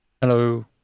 Hello